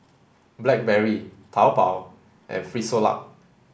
Blackberry Taobao and Frisolac